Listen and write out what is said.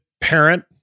parent